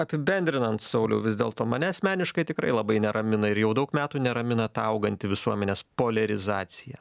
apibendrinant sauliau vis dėlto mane asmeniškai tikrai labai neramina ir jau daug metų neramina ta auganti visuomenės poliarizacija